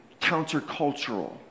countercultural